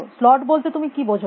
slot বলতে তুমি কী বোঝাও